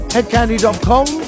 Headcandy.com